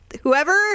Whoever